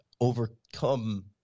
overcome